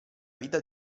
vita